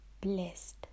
blessed